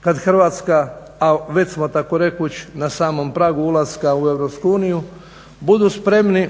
kad Hrvatska, a već smo takoreći na samom pragu ulaska u EU, budu spremni